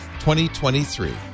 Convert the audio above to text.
2023